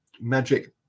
Magic